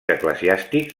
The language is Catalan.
eclesiàstics